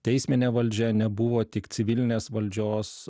teisminė valdžia nebuvo tik civilinės valdžios